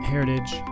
heritage